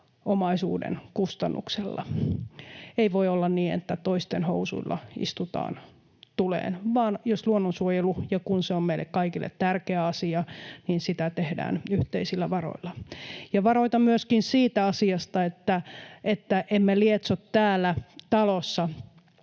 omaisuuden kustannuksella. Ei voi olla niin, että toisten housuilla istutaan tuleen, vaan jos ja kun luonnonsuojelu on meille kaikille tärkeä asia, niin sitä tehdään yhteisillä varoilla. Ja varoitan myöskin siitä asiasta, että emme lietso täällä talossa